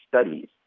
studies